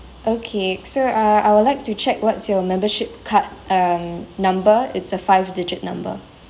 okay so uh I would like to check what's your membership card um number it's a five digit number